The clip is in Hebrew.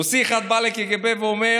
רוסי אחד בא לקג"ב ואומר: